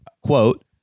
quote